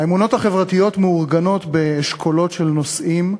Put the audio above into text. האמונות החברתיות מאורגנות באשכולות של נושאים,